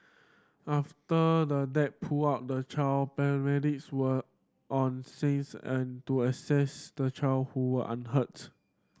after the dad pulled out the child paramedics were on scenes and to assess the child who were unhurts